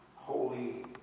holy